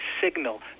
signal